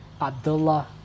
Abdullah